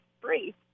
free